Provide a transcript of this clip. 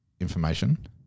information